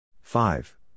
five